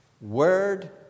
Word